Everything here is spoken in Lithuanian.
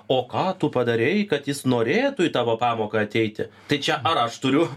o ką tu padarei kad jis norėtų į tavo pamoką ateiti tai čia ar aš turiu